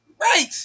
Right